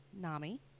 NAMI